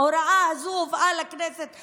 ההוראה הזאת הובאה לכנסת,